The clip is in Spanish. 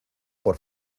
por